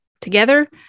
together